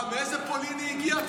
מאיזה פולין היא הגיעה?